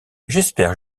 j’espère